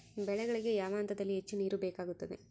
ಬೆಳೆಗಳಿಗೆ ಯಾವ ಹಂತದಲ್ಲಿ ಹೆಚ್ಚು ನೇರು ಬೇಕಾಗುತ್ತದೆ?